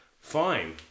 fine